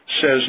says